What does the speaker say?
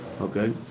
Okay